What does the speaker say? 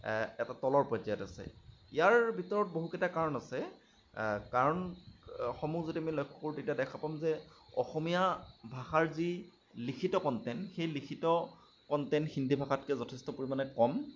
এটা তলৰ পৰ্যায়ত আছে ইয়াৰ ভিতৰত বহুকেইটা কাৰণ আছে কাৰণসমূহ যদি আমি লক্ষ্য কৰোঁ তেতিয়া আমি দেখা পাম যে অসমীয়া ভাষাৰ যি লিখিত কণ্টেণ্ট সেই লিখিত কণ্টেণ্ট হিন্দী ভাষাতকৈ যথেষ্ট পৰিমাণে কম